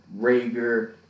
Rager